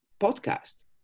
podcast